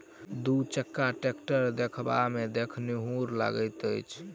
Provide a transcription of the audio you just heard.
दू चक्का टेक्टर देखबामे देखनुहुर लगैत अछि